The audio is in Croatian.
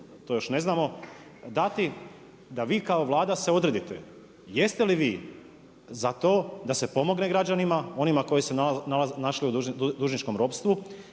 to još ne znamo dati da vi kao Vlada se odredite jeste li vi za to da se pomogne građanima, onima koji su se našli u dužničkom ropstvu.